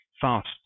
fast